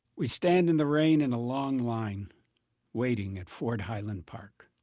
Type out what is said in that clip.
we stand in the rain in a long line waiting at ford highland park.